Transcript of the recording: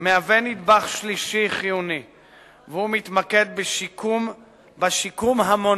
מהווה נדבך שלישי, והוא מתמקד בשיקום המונע